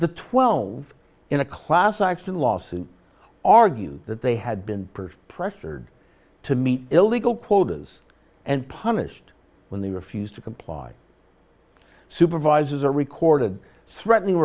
the twelve in a class action lawsuit argue that they had been purged pressured to meet illegal quotas and punished when they refused to comply supervisors or recorded threatening